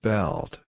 Belt